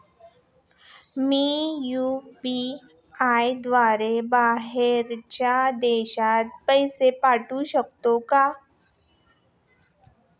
मी UPI द्वारे बाहेरच्या देशात पैसे पाठवू शकतो का?